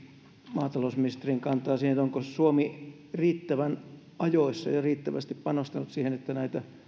maatalousministerin kantaa siihen onko suomi riittävän ajoissa ja riittävästi panostanut siihen että näitä